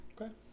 Okay